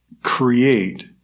create